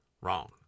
wrong